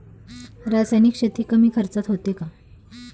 रासायनिक शेती कमी खर्चात होते का?